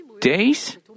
days